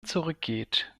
zurückgeht